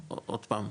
עוד פעם,